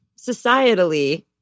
societally